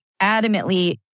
adamantly